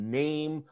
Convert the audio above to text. name